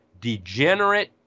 degenerate